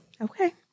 Okay